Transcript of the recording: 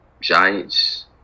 Giants